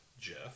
Jeff